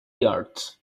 yards